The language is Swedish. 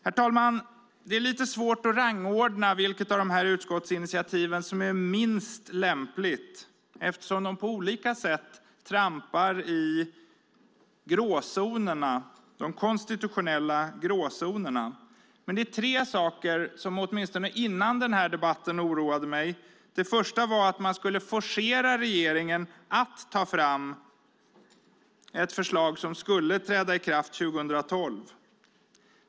Herr talman! Det är lite svårt att rangordna vilket av dessa utskottsinitiativ som är minst lämpligt eftersom de på olika sätt trampar i de konstitutionella gråzonerna. Men det är tre saker som åtminstone före denna debatt oroade mig. Det första var att man skulle forcera regeringen att ta fram ett förslag som skulle träda i kraft 2012.